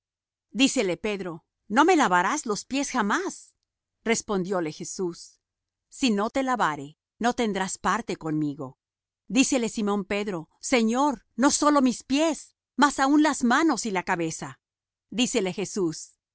dícele pedro no me lavarás los pies jamás respondióle jesús si no te lavare no tendrás parte conmigo dícele simón pedro señor no sólo mis pies mas aun las manos y la cabeza dícele jesús